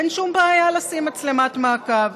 אין שום בעיה לשים מצלמת מעקב,